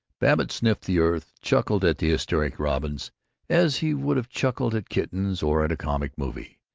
babbitt sniffed the earth, chuckled at the hysteric robins as he would have chuckled at kittens or at a comic movie.